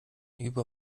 über